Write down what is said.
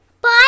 Bye